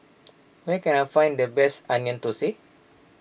where can I find the best Onion Thosai